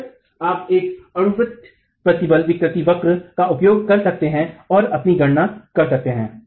बेशक आप एक अणुवृत्त प्रतिबल विकृति वक्र का उपयोग कर सकते हैं और अपनी गणना कर सकते हैं